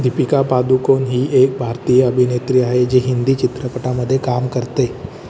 दीपिका पादुकोन ही एक भारतीय अभिनेत्री आहे जी हिंदी चित्रपटामध्ये काम करते